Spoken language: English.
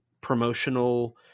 promotional